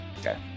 Okay